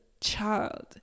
child